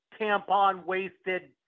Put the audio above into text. tampon-wasted